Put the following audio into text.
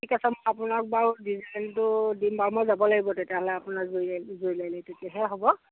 ঠিক আছে মই আপোনাক বাৰু ডিজাইনটো দিম বাৰু মই যাব লাগিব তেতিয়াহ'লে আপোনাৰ জুৱেলাৰীলৈ তেতিয়াহে হ'ব